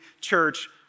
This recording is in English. church